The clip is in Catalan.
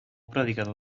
predicador